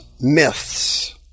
myths